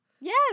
Yes